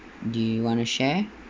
do you want to share